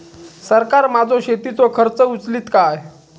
सरकार माझो शेतीचो खर्च उचलीत काय?